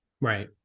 Right